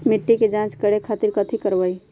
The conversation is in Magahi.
मिट्टी के जाँच करे खातिर कैथी करवाई?